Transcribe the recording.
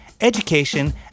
education